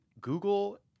Google